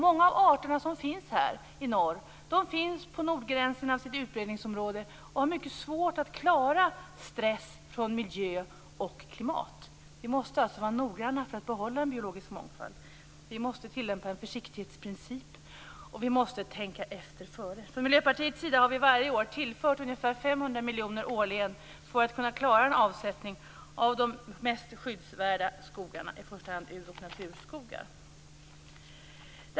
Många av arterna här i norr finns vid nordgränsen av sitt utbredningsområde och har mycket svårt att klara stress från miljö och klimat. Vi måste alltså vara noggranna så att vi kan behålla den biologiska mångfalden. Försiktighetsprincipen måste tillämpas, och vi måste tänka efter före. Vi i Miljöpartiet har varje år i vår budget tillfört ungefär 500 miljoner kronor årligen för att det skall gå att klara en avsättning av de mest skyddsvärda skogarna, i första hand ur och naturskogarna.